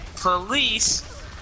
police